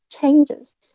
changes